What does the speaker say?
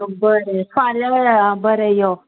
बरें फाल्यां आं बरें यो